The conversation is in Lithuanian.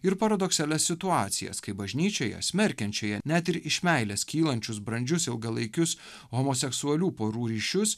ir paradoksalias situacijas kai bažnyčioje smerkiančioje net ir iš meilės kylančius brandžius ilgalaikius homoseksualių porų ryšius